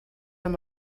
amb